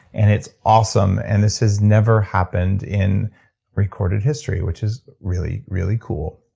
and it's awesome. and this has never happened in recorded history, which is really, really cool